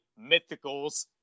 mythicals